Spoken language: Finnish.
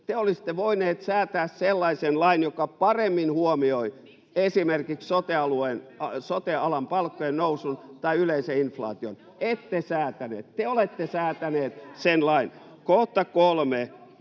Te olisitte voineet säätää sellaisen lain, joka paremmin huomioi esimerkiksi sote-alan [Hanna-Leena Mattilan välihuuto] palkkojen nousun tai yleisen inflaation. Ette säätäneet. Te olette säätäneet sen lain. [Hanna-Leena